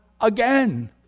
again